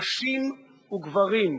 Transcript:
נשים וגברים,